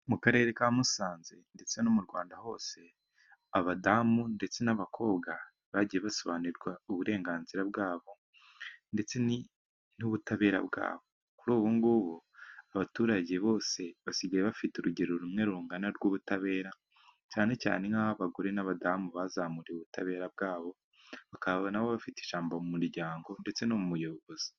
Mu karere ka Musanze ndetse no mu Rwanda hose, abadamu ndetse n'abakobwa bagiye basobanurirwa uburenganzira bwabo ndetse n'ubutabera bwabo. Kuri ubungubu abaturage bose basigaye bafite urugero rumwe rungana rw'ubutabera, cyane cyane nk'aho abagore n'abadamu bazamuriwe ubutabera bwabo bakaba nabo bafite ijambo mu muryango ndetse no mubuyobozi.